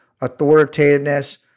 authoritativeness